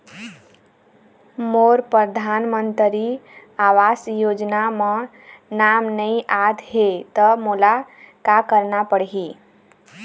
मोर परधानमंतरी आवास योजना म नाम नई आत हे त मोला का करना पड़ही?